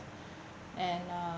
and um